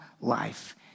life